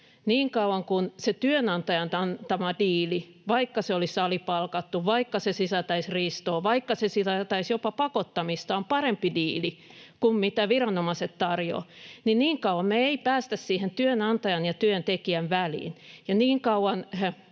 niin kauan kuin se työnantajan antama diili, vaikka se olisi alipalkattu, vaikka se sisältäisi riistoa, vaikka se sisältäisi jopa pakottamista, on parempi diili kuin mitä viranomaiset tarjoavat, niin kauan me ei päästä siihen työnantajan ja työntekijän väliin. Niin kauan